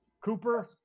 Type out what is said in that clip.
Cooper